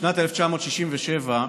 בשנת 1967,